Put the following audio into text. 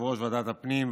יושב-ראש ועדת הפנים,